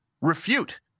refute